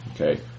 Okay